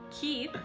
Keith